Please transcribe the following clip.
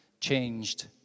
changed